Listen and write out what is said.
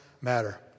matter